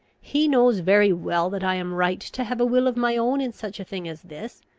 he knows very well that i am right to have a will of my own in such a thing as this,